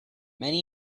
many